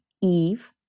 Eve